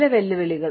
ചില വെല്ലുവിളികൾ